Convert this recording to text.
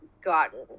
gotten